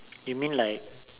you mean like